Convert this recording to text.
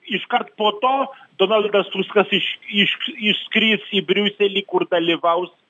iškart po to donaldas tuskas iš iš išskris į briuselį kur dalyvaus